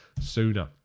sooner